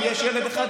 אם יש ילד אחד,